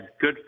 good